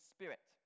Spirit